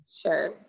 sure